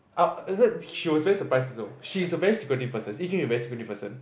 oh is it she was very surprised also she is a very secretive person Yi-Jun is a very secretive person